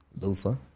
Lufa